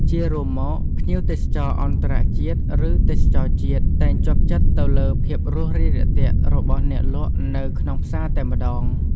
ជារួមមក ភ្ញៀវទេសចរអន្តរជាតិឬទេសចរជាតិ តែងជាប់ចិត្តទៅលើភាពរួសរាយរាក់ទាក់របស់អ្នកលក់នៅក្នុងផ្សារតែម្តង។